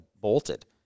bolted